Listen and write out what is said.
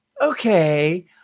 okay